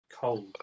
Cold